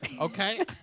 Okay